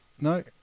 no